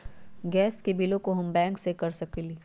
Gas के बिलों हम बैंक से कैसे कर सकली?